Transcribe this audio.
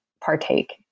partake